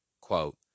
Quote